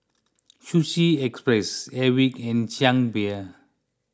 Sushi Express Airwick and Chang Beer